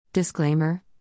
Disclaimer